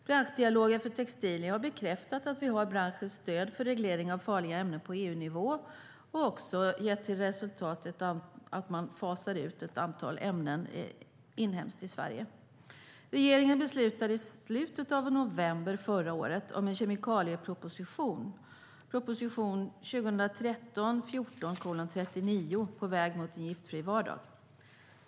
Branschdialogen för textilier har bekräftat att vi har branschens stöd för reglering av farliga ämnen på EU-nivå och har också gett till resultat att man inhemskt fasar ut ett antal ämnen i Sverige. Regeringen beslutade i slutet av november förra året om en kemikalieproposition, proposition 2013/14:39 med titeln På väg mot en giftfri vardag - plattform för kemikaliepolitiken .